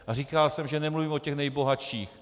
A říkal jsem, že nemluvím o těch nejbohatších.